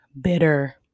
bitter